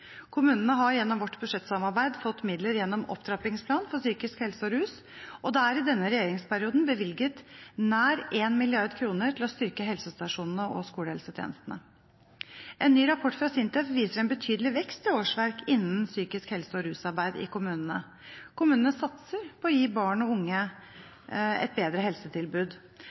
Kommunene har gjennom vårt budsjettsamarbeid fått midler gjennom opptrappingsplanen for psykisk helse og rus, og det er i denne regjeringsperioden bevilget nær 1 mrd. kr til å styrke helsestasjonene og skolehelsetjenesten. En ny rapport fra SINTEF viser en betydelig vekst i årsverk innen psykisk helse- og rusarbeid i kommunene. Kommunene satser på å gi barn og unge et bedre helsetilbud.